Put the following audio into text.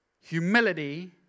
humility